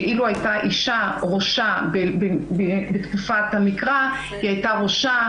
שאילו הייתה אישה ראשה בתקופת המקרא היא הייתה "ראשה"